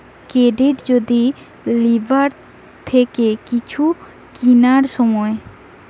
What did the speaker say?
credit যদি লিবার থাকে কিছু কিনার সময়